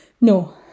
no